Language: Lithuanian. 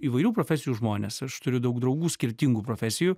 įvairių profesijų žmones aš turiu daug draugų skirtingų profesijų